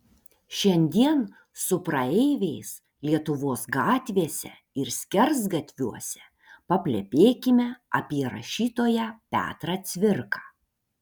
šiandien su praeiviais lietuvos gatvėse ir skersgatviuose paplepėkime apie rašytoją petrą cvirką